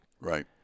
Right